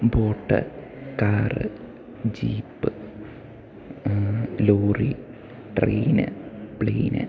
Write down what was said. boat car jeep lorry train plane